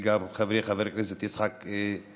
וגם את חברי חבר הכנסת יצחק פינדרוס,